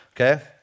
Okay